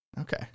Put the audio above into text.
Okay